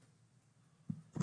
האנרגיה.